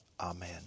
Amen